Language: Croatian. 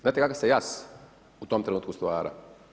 Znate kakav se jaz u tom trenutku stvara?